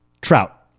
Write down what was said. Trout